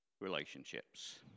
relationships